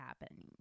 happening